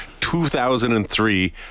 2003